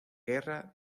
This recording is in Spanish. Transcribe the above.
guerra